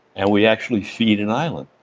and we actually feed an island.